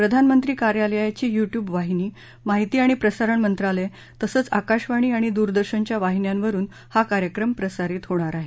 प्रधानमंत्री कार्यालयाची यूट्यूब वाहिनी माहिती आणि प्रसारण मंत्रालय तसंच आकाशवाणी आणि दूरदर्शनच्या वाहिन्यावरुन हा कार्यक्रम प्रसारीत होणार आहे